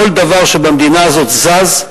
כל דבר שבמדינה הזאת זז,